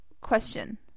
Question